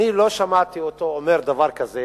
אני לא שמעתי אותו אומר דבר כזה